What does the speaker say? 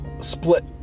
split